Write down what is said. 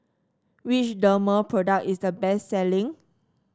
which Dermale product is the best selling